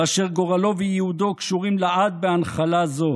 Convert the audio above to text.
ואשר גורלו וייעודו קשורים לעד בהנחלה זו.